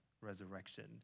resurrection